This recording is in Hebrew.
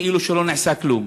כאילו לא נעשה כלום.